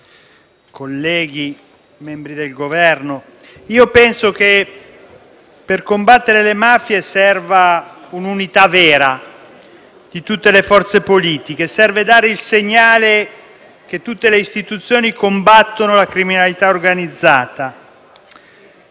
Presidente, colleghi, membri del Governo, io penso che per combattere le mafie serva un'unità vera di tutte le forze politiche, serve dare il segnale che tutte le istituzioni combattono la criminalità organizzata.